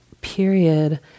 period